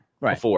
right